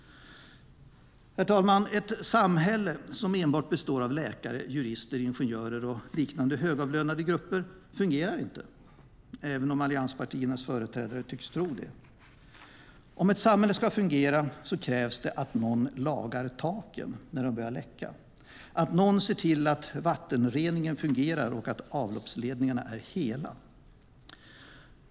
Herr talman! Ett samhälle som enbart består av läkare, jurister, ingenjörer och liknande högavlönade grupper fungerar inte även om allianspartiernas företrädare tycks tro det. För att ett samhälle ska fungera krävs det att någon lagar taken när de börjar läcka, att någon ser till att vattenreningen fungerar och att avloppsledningarna är hela.